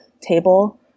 table